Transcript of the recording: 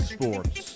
Sports